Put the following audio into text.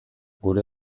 gure